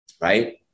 right